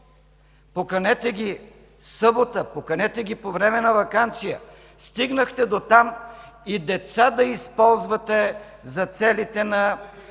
Поканете ги в събота, поканете ги по време на ваканция. Стигнахте дотам и деца да използвате за целите на